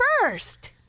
first